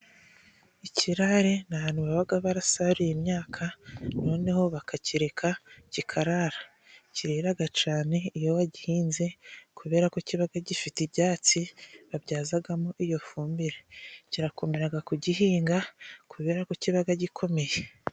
Ikirare ni ahantu baba barasaruye imyaka noneho bakakireka kikarara, kirera cyane iyo bagihinze kubera ko kiba gifite ibyatsi babyazamo iyo fumbire, kirakomera kugihinga kubera ko kiba gikomeye.